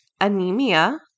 anemia